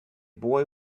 boy